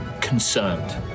concerned